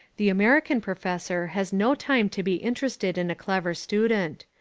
the american professor has no time to be interested in a clever student.